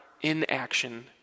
inaction